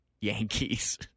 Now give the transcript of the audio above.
Yankees